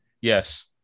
Yes